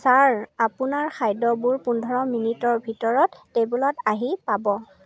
sir আপোনাৰ খাদ্যবোৰ পোন্ধৰ মিনিটৰ ভিতৰত টেবুলত আহি পাব